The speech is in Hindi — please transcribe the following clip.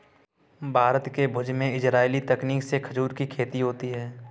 भारत के भुज में इजराइली तकनीक से खजूर की खेती होती है